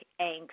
angst